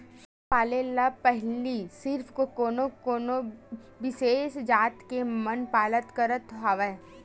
सूरा पालन ल पहिली सिरिफ कोनो कोनो बिसेस जात के मन पालत करत हवय